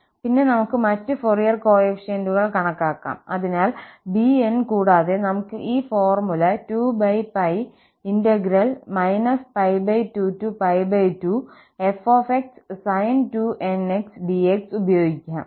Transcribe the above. പിന്നെ നമുക്ക് മറ്റ് ഫൊറിയർ കോഎഫിഷ്യന്റുകൾ കണക്കാക്കാം അതിനാൽ bn കൂടാതെ നമുക്ക് ഈ formula 2−22f sin 2nx dx ഉപയോഗിക്കാം